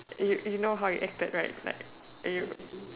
you you know how you acted right like you